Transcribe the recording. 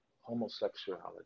homosexuality